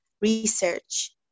research